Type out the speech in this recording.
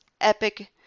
Epic